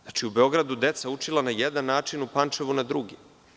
Znači, u Beogradu deca učila na jedan način, a u Pančevu na drugi.